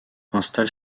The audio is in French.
installe